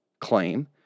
claim